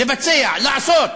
לבצע, לעשות.